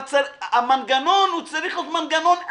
אבל המנגנון צריך להיות מנגנון אחיד,